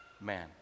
man